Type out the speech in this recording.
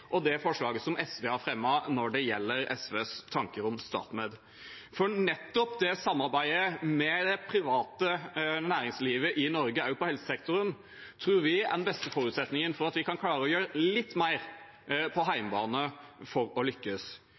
og det forslaget som SV har fremmet når det gjelder SVs tanker om StatMed, for nettopp samarbeidet med det private næringslivet i Norge også på helsesektoren tror vi er den beste forutsetningen for at vi kan klare å gjøre litt mer på hjemmebane for å lykkes.